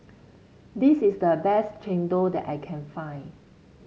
this is the best Chendol that I can find